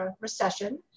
recession